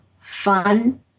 fun